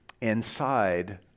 inside